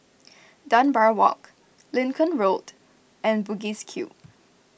Dunbar Walk Lincoln Road and Bugis Cube